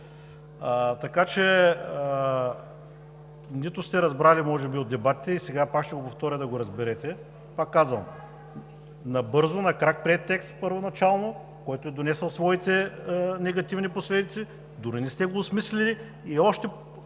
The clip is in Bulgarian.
Така че нито сте разбрали може би от дебатите и сега пак ще го повторя, да го разберете, пак казвам: набързо, на крак приет текст първоначално, което е донесло своите негативни последици, дори не сте го осмислили, още